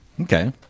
Okay